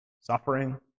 Suffering